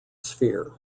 sphere